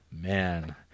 man